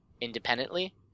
independently